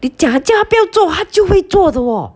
你讲他叫他不要做他就会做的